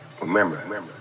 Remember